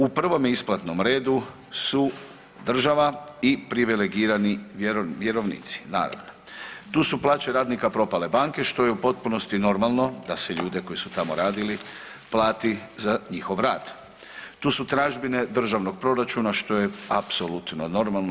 U prvom isplatnom redu su država i privilegirani vjerovnici, naravno, tu su plaće radnika propale banke što je u potpunosti normalno da se ljude koji su tamo radili plati za njihov rad, tu su tražbine državnog proračuna što je apsolutno normalno.